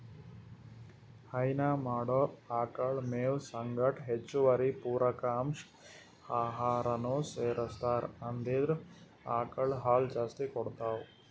ಹೈನಾ ಮಾಡೊರ್ ಆಕಳ್ ಮೇವ್ ಸಂಗಟ್ ಹೆಚ್ಚುವರಿ ಪೂರಕ ಅಂಶ್ ಆಹಾರನೂ ಸೆರಸ್ತಾರ್ ಇದ್ರಿಂದ್ ಆಕಳ್ ಹಾಲ್ ಜಾಸ್ತಿ ಕೊಡ್ತಾವ್